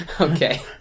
Okay